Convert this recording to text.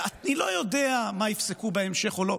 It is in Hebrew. אני לא יודע מה יפסקו בהמשך או לא.